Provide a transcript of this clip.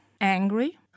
angry